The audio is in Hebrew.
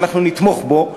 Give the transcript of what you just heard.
ואנחנו נתמוך בו,